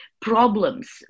problems